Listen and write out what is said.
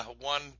one, –